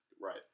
Right